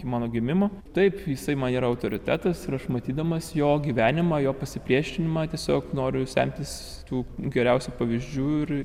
iki mano gimimo taip jisai man yra autoritetas ir aš matydamas jo gyvenimą jo pasipriešinimą tiesiog noriu semtis tų geriausių pavyzdžių ir